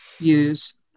use